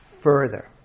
further